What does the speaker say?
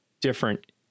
different